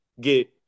get